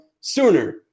sooner